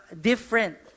different